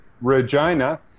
Regina